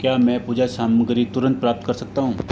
क्या मैं पूजा सामग्री तुरंत प्राप्त कर सकता हूँ